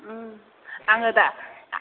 ओम आङो दा